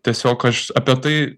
tiesiog aš apie tai